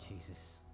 Jesus